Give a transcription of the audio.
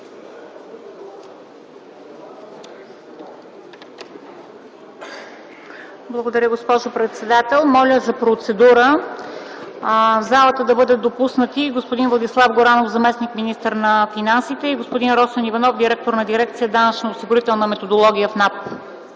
Благодаря, госпожо председател. Моля за процедура: в залата да бъдат допуснати господин Владислав Горанов – заместник-министър на финансите, и господин Росен Иванов – директор на дирекция „Данъчно-осигурителна методология” в